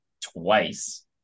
twice